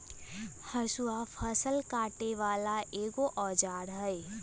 हसुआ फ़सल काटे बला एगो औजार हई